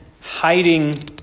hiding